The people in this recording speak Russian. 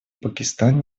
пакистан